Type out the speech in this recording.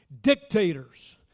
Dictators